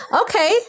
okay